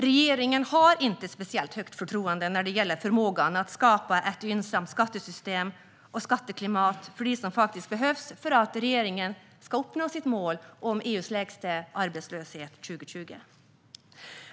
Regeringen har inte speciellt högt förtroende när det gäller förmågan att skapa ett gynnsamt skattesystem och skatteklimat, som behövs för att regeringen ska uppnå sitt mål om EU:s lägsta arbetslöshet 2020.